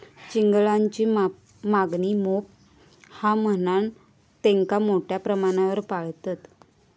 चिंगळांची मागणी मोप हा म्हणान तेंका मोठ्या प्रमाणावर पाळतत